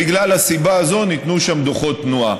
מהסיבה הזאת ניתנו שם דוחות תנועה.